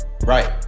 Right